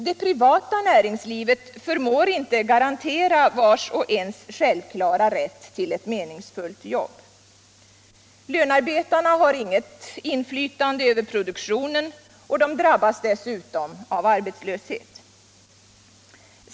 | Det privata näringslivet förmår inte garantera vars och ens självklara rätt till ett meningsfullt jobb. Lönearbetarna har inget inflytande över produktionen, och de drabbas dessutom av arbetslöshet.